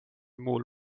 muul